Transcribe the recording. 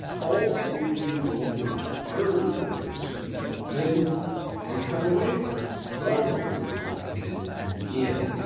all three cable networks turned to the president's speech, but then they cut away from it well before it was intended to end.